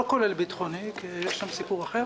לא כולל ביטחוני כי שם יש סיפור אחר,